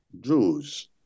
Jews